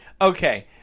okay